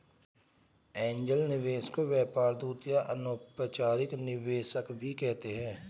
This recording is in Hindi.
एंजेल निवेशक को व्यापार दूत या अनौपचारिक निवेशक भी कहते हैं